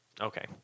okay